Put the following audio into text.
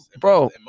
Bro